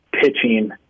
pitching